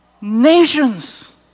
nations